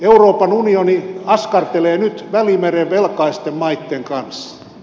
euroopan unioni askartelee nyt välimeren velkaisten maitten kanssa